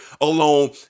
alone